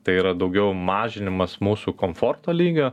tai yra daugiau mažinimas mūsų komforto lygio